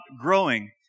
growing